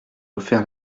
offert